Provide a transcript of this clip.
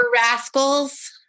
rascals